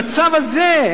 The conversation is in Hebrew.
בצו הזה,